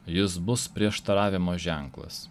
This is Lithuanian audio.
jis bus prieštaravimo ženklas